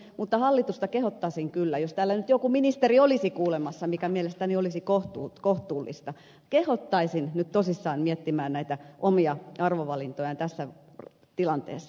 mutta hallitusta kehottaisin nyt kyllä jos täällä nyt joku ministeri olisi kuulemassa mikä mielestäni olisi kohtuullista tosissaan miettimään näitä omia arvovalintojaan tässä tilanteessa